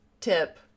tip